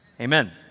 amen